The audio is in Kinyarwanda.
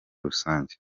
rusange